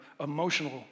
emotional